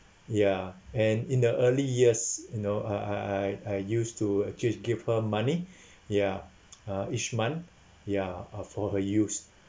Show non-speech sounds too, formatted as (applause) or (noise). ya and in the early years you know I I I I used to actually give her money (breath) ya (noise) uh each month ya uh for her use